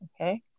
okay